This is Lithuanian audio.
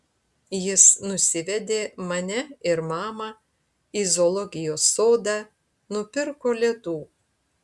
jis nusivedė mane ir mamą į zoologijos sodą nupirko ledų